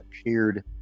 appeared